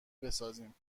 بسازیم